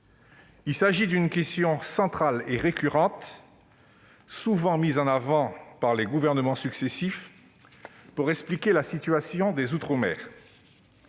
Il s'agit d'une question centrale et récurrente, souvent mise en avant par les gouvernements successifs pour expliquer la situation des outre-mer